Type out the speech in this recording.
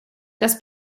das